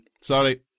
Sorry